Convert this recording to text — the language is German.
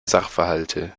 sachverhalte